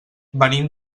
venim